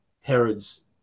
Herod's